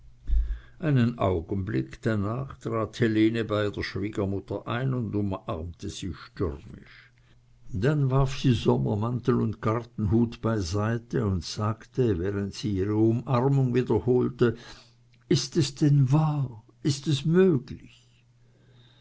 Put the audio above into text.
einen augenblick danach trat helene bei der schwiegermutter ein und umarmte sie stürmisch dann warf sie sommermantel und gartenhut beiseite und sagte während sie ihre umarmung wiederholte ist es denn wahr ist es möglich